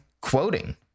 quoting